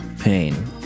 pain